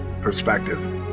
perspective